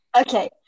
Okay